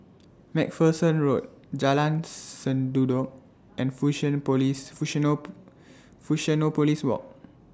MacPherson Road Jalan Sendudok and fusion Police fusion know Fusionopolis Walk